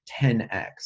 10x